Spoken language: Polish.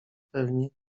pewni